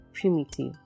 primitive